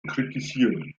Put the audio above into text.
kritisieren